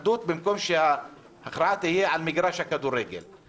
ובמקום שההכרעה תהיה במגרש הכדורגל ההכרעה היא בשולחן ההתאחדות.